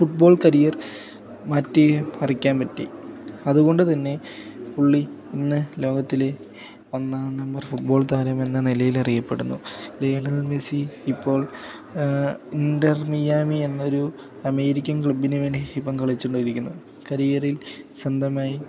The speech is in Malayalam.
ഫുട്ബോൾ കരിയർ മാറ്റിമറിക്കാൻ പറ്റി അതുകൊണ്ട് തന്നെ പുള്ളി ഇന്ന് ലോകത്തിലെ ഒന്നാം നമ്പർ ഫുട്ബോൾ താരം എന്ന നിലയിലറിയപ്പെടുന്നു ലേണൽ മെസി ഇപ്പോൾ ഇൻറ്റർ മിയാമി എന്നൊരു അമേരിക്കൻ ക്ലബ്ബിനുവേണ്ടി ഇപ്പം കളിച്ചുകൊണ്ടിരിക്കുന്നു കരിയറിൽ സ്വന്തമായി